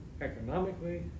economically